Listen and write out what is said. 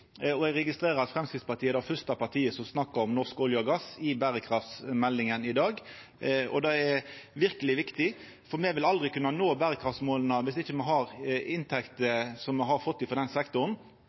Eg registrerer at Framstegspartiet er det fyrste partiet som snakkar om norsk olje og gass i debatten om berekraftsmeldinga i dag. Det er verkeleg viktig, for me vil aldri kunna nå berekraftsmåla viss ikkje me har inntekter